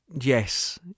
Yes